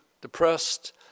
depressed